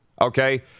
okay